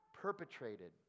perpetrated